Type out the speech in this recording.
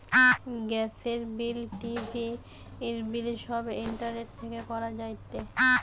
গ্যাসের বিল, টিভির বিল সব ইন্টারনেট থেকে করা যায়টে